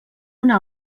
una